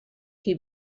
qui